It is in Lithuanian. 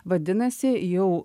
vadinasi jau